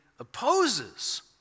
opposes